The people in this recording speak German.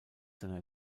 seiner